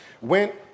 went